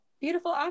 Beautiful